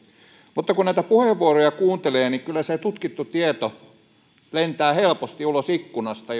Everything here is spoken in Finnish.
mutta kun näitä puheenvuoroja kuuntelee niin kyllä se tutkittu tieto lentää helposti ulos ikkunasta